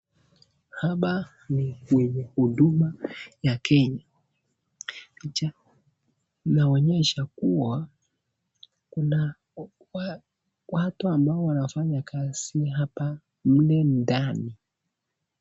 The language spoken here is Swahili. Hapa ni kwenye huduma ya kenya, picha inaonyesha kuwa kuna watu ambao wanafanya hapa mle ndani.